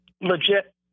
legit